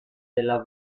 della